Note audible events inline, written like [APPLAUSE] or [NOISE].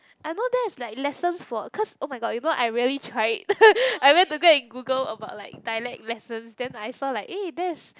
I know there's like lessons for cause oh-my-god you know I really try it [NOISE] I went to go and Google about like dialect lessons then I saw like eh there's